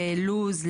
ללו"ז,